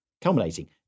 culminating